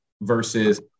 versus